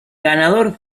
ganador